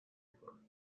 میکنم